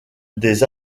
des